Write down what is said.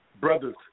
brother's